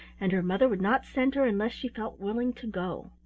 and her mother would not send her unless she felt willing to go.